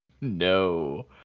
No